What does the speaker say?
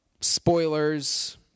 spoilers